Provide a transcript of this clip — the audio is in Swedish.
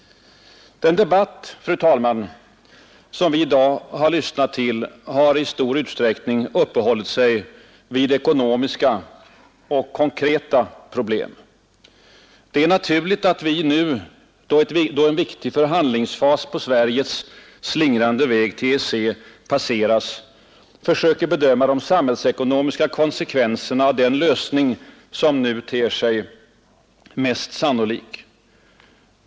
Den debatt, fru talman, som vi i dag lyssnat till har i stor utsträckning uppehållit sig vid ekonomiska och konkreta problem. Det är naturligt att vi nu, då en viktig förhandlingsfas på Sveriges slingrande väg till EEC passerats, försöker bedöma de samhällsekonomiska konsekvenserna av den lösning som i dag ter sig sannolik.